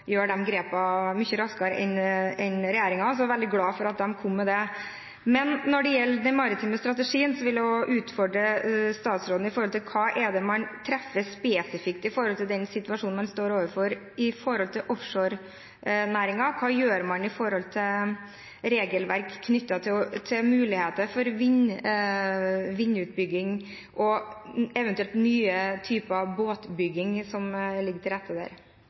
raskere enn regjeringen, så jeg er veldig glad for at en kommer med det. Men når det gjelder den maritime strategien, vil jeg også utfordre statsråden på: Hva er det man treffer spesifikt i den situasjonen man står overfor i forhold til offshorenæringen? Hva gjør man med regelverk knyttet til muligheter for vindutbygging og eventuelt nye typer båtbygging, som det ligger til rette